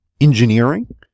engineering